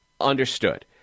understood